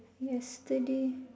yesterday